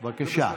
בבקשה.